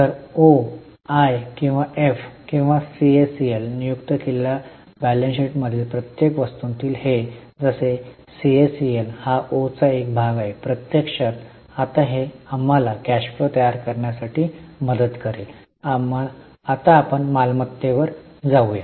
तर ओ मी किंवा एफ किंवा सीएसीएल नियुक्त केलेल्या ताळेबंदातील प्रत्येक वस्तूसाठी हे जसे सीएसीएल हा ओ चा एक भाग आहे प्रत्यक्षात आता हे आम्हाला कॅश फ्लो तयार करण्यासाठी मदत करेल आम्हाला मालमत्तेवर जाऊया